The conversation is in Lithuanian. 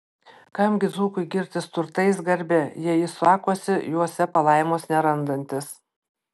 kam gi dzūkui girtis turtais garbe jei jis sakosi juose palaimos nerandantis